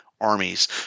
armies